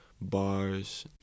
bars